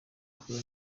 ahura